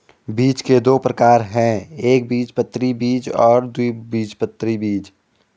बीज के दो प्रकार है एकबीजपत्री बीज और द्विबीजपत्री बीज